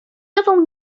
nową